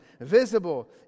visible